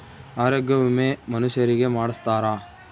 ಆರೊಗ್ಯ ವಿಮೆ ಮನುಷರಿಗೇ ಮಾಡ್ಸ್ತಾರ